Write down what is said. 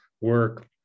work